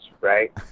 right